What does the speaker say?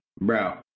Bro